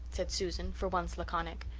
said susan, for once laconic.